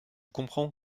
comprends